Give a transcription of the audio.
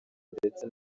ndetse